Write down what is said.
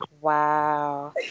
wow